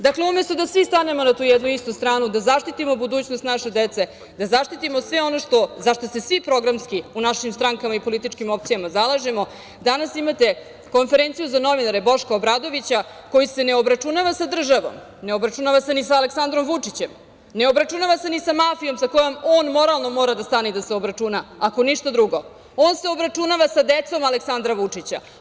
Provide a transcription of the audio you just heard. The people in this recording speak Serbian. Dakle, umesto da svi stanemo na tu jednu istu stranu, da zaštitimo budućnost naše dece, da zaštitimo sve ono za šta se svi programski u našim strankama i političkim opcijama zalažemo, danas imate konferenciju za novinare Boška Obradovića koji se ne obračunava sa državom, ne obračunava se ni sa Aleksandrom Vučićem, ne obračunava se ni sa mafijom sa kojom moralno on mora da stane i da se obračuna kao ništa drugo, on se obračunava sa decom Aleksandra Vučića.